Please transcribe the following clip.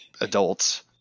adults